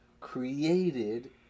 created